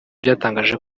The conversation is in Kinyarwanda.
byatangaje